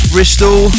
Bristol